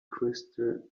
crystal